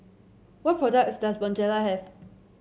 what products does Bonjela have